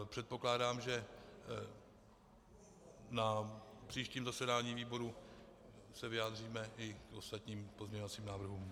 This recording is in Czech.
Předpokládám, že na příštím zasedání výboru se vyjádříme i k ostatním pozměňovacím návrhům.